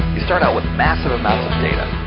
we start out with massive amounts of data.